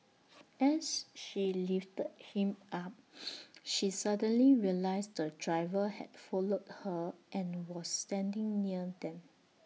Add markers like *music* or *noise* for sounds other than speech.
as she lifted him up *noise* she suddenly realised the driver had followed her and was standing near them